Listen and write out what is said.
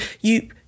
you-